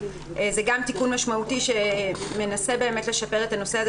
זה גם תיקון משמעותי שמנסה לשפר את הנושא הזה